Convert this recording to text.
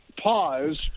pause